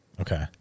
Okay